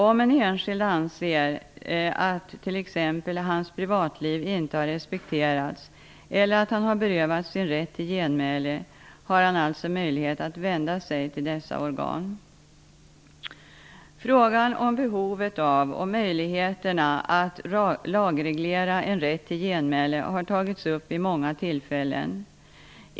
Om en enskild anser att t.ex. hans privatliv inte har respekterats eller att han har berövats sin rätt till genmäle, har han alltså möjlighet att vända sig till dessa organ. Frågan om behovet av och möjligheterna att lagreglera en rätt till genmäle har tagits upp vid många tillfällen.